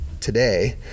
today